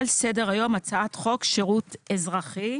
על סדר היום הצעת חוק שירות אזרחי.